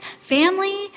family